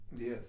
Yes